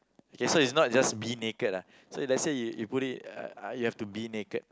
okay so is not just be naked ah so let's say you put it ah you have to be naked